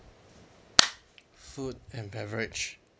food and beverage